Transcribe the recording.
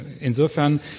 Insofern